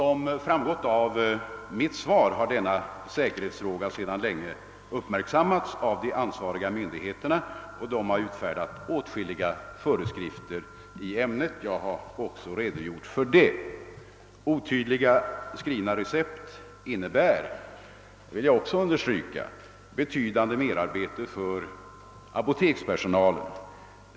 Såsom framgått av mitt svar har denna säkerhetsfråga sedan länge uppmärksammats av de ansvariga myndigheterna, som har utfärdat åtskilliga föreskrifter i ämnet. Jag har också redogjort för detta. Otydligt skrivna recept innebär — det vill jag också understryka — betydande merarbete för apotekspersonalen.